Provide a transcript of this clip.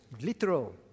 literal